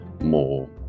more